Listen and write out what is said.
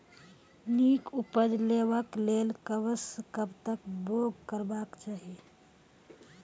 नीक उपज लेवाक लेल कबसअ कब तक बौग करबाक चाही?